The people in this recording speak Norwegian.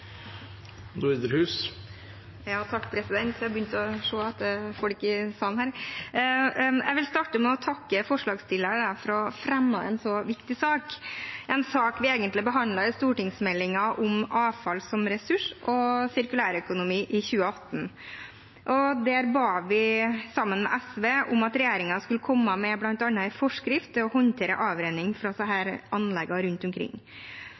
Jeg vil starte med å takke forslagsstillerne for å ha fremmet en så viktig sak, en sak vi egentlig behandlet i 2018 i forbindelse med stortingsmeldingen om avfall som ressurs – avfallspolitikk og sirkulærøkonomi. Da ba vi sammen med SV om at regjeringen skulle komme med bl.a. en forskrift for å håndtere avrenning fra disse anleggene rundt omkring.